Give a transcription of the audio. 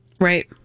right